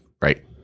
right